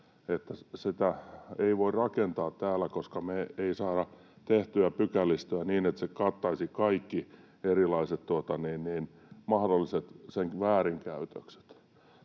sitä ei voi rakentaa täällä, koska me ei saada tehtyä pykälistöä niin, että se kattaisi kaikki erilaiset mahdolliset sen väärinkäytökset.